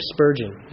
Spurgeon